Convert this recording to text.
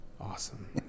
Awesome